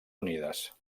unides